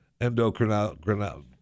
Endocrinology